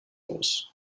los